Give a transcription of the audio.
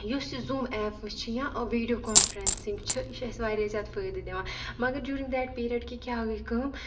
یُس یہِ zoom app وٕچھ یا ویٖڈیو کانفرؠنسِنگ چھِ یہِ چھِ اسہِ واریاہ زیادٕ فٲیِدٕ دِوان مَگر جوٗرِنگ دیٹ پیٖریَڈ کہِ کیاہ گٔیہ کٲم